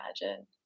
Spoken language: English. imagine